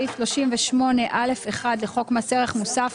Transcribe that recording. סעיף 38(א1) לחוק מס ערך מוסף,